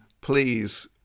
please